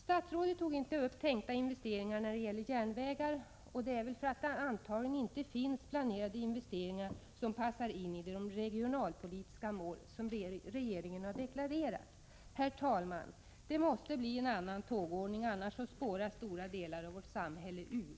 Statsrådet tog inte upp tänkta investeringar när det gäller våra järnvägar, och det beror antagligen på att det inte finns några planerade investeringar som passar in i de regionalpolitiska mål som regeringen har deklarerat. Herr talman! Det måste bli en annan tågordning. Annars spårar stora delar av vårt samhälle ur.